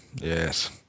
Yes